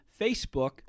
Facebook